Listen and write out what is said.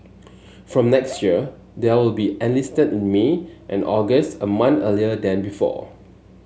from next year they are will be enlisted in May and August a month earlier than before